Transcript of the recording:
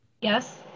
Yes